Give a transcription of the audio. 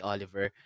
Oliver